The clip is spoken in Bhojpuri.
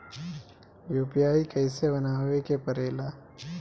यू.पी.आई कइसे बनावे के परेला?